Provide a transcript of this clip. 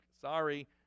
sorry